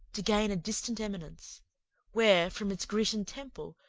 to gain a distant eminence where, from its grecian temple,